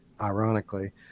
ironically